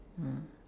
ah